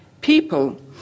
people